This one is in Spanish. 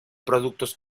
productos